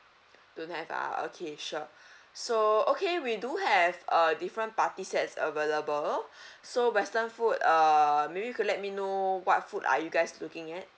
don't have ah okay sure so okay we do have uh different party sets available so western food err maybe you could let me know what food are you guys looking at